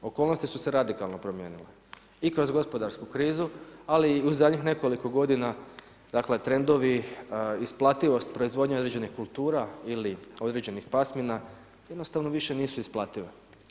Okolnosti su se radikalno promijenile i kroz gospodarsku krizu, ali i u zadnjih nekoliko godina, dakle, trendovi, isplativost proizvodnje određenih kultura, ili određenih pasmina, jednostavno više nije isplativo.